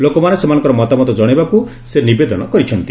ଲୋକମାନେ ସେମାନଙ୍କର ମତାମତ ଜଣାଇବାକୁ ସେ ନିବେଦନ କରିଛନ୍ତି